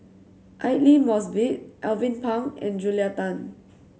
Aidli Mosbit Alvin Pang and Julia Tan